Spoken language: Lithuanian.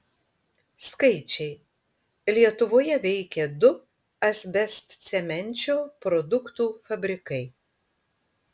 skaičiai lietuvoje veikė du asbestcemenčio produktų fabrikai